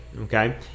okay